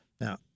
Now